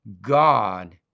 God